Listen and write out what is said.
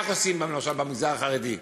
כך עושים למשל במגזר החרדי,